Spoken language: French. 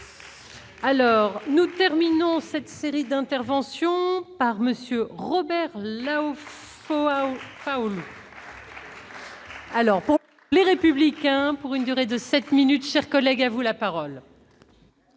Alors nous terminons cette série d'interventions par monsieur gros. Là où faut. Homme. Alors pour les républicains, pour une durée de 7 minutes, chers collègues, à vous la parole.